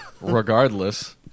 Regardless